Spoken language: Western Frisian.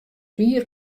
wier